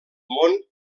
món